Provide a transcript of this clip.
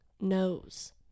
knows